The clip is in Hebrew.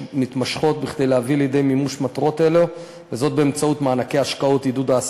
מתמשכות כדי להביא מטרות אלה לידי מימוש,